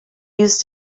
used